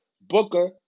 Booker